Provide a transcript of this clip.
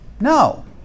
No